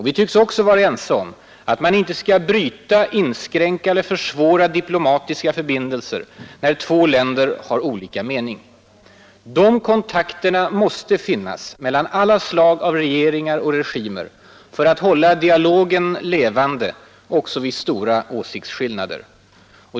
Vi tycks också vara ense om att man inte skall bryta, inskränka eller försvåra diplomatiska förbindelser när två länder har olika mening. De kontakterna måste finnas mellan alla slag av regeringar och regimer för att hålla dialogen levande också vid stora åsiktsskillnader.